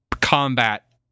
combat